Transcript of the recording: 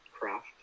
craft